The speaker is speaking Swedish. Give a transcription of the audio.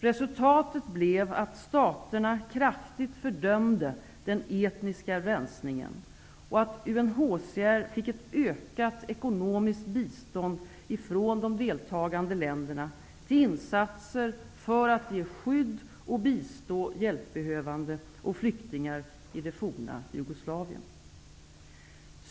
Resultatet blev att staterna kraftigt fördömde den etniska rensningen och att UNHCR fick ett ökat ekonomiskt bistånd från de deltagande länderna till insatser för att ge skydd och bistå hjälpbehövande och flyktingar i det forna Jugoslavien.